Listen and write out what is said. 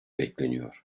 bekleniyor